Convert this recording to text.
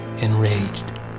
Enraged